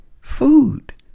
food